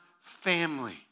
family